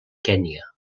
kenya